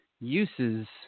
uses